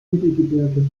mittelgebirge